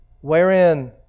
wherein